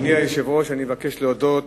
אדוני היושב-ראש, אני מבקש להודות